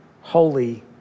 holy